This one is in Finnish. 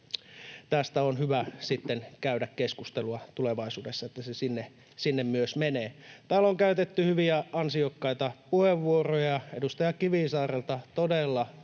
tästä on hyvä sitten käydä keskustelua tulevaisuudessa, että ne sinne myös menevät. Täällä on käytetty hyviä, ansiokkaita puheenvuoroja. Edustaja Kivisaarelta todella